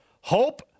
Hope